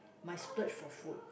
my splurge for food